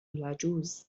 العجوز